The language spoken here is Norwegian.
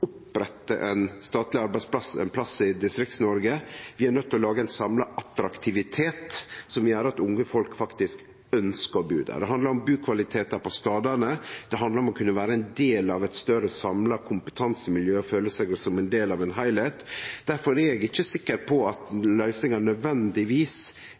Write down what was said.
opprette ein statleg arbeidsplass ein plass i Distrikts-Noreg, vi er nøydde til å laga ein samla attraktivitet som gjer at unge folk faktisk ønskjer å bu der. Det handlar om bukvalitet på stadane, og det handlar om å kunne vere ein del av eit større, samla kompetansemiljø og føle seg som ein del av ein heilskap. Derfor er eg ikkje sikker på